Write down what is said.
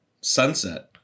Sunset